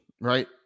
right